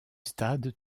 stade